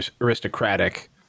aristocratic